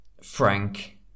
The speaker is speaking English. Frank